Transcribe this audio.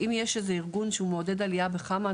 אם יש איזה ארגון שהוא מעודד עלייה בחמ"ע,